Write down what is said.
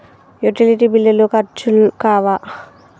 Utility బిల్లులు ఖర్చు కావా?